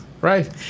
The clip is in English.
Right